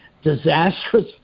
disastrous